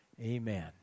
Amen